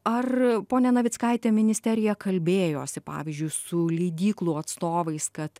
ar pone navickaite ministerija kalbėjosi pavyzdžiui su leidyklų atstovais kad